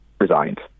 resigned